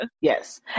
yes